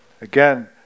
Again